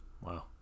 Wow